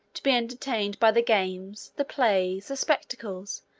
to be entertained by the games, the plays, the spectacles,